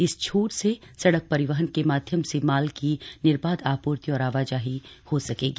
इस छूट से सड़क परिवहन के माध्यम से माल की निर्बाध आपूर्ति और आवाजाही हो सकेगी